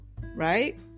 right